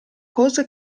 cosa